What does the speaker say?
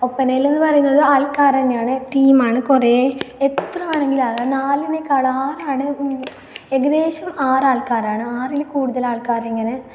ഒപ്പനയിലെന്ന് പറയുന്നത് ആൾക്കാർ തന്നെയാണ് ടീമാണ് കുറേ എത്ര വേണമെങ്കിലും ആകാം നാലിനേക്കാൾ ആറാണ് ഏകദേശം ആറാൾക്കാരാണ് ആറിൽ കൂടുതൽ ആൾക്കാർ ഇങ്ങനെ